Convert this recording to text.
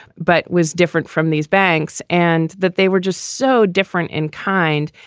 but was different from these banks and that they were just so different in kind.